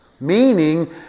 Meaning